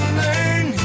learn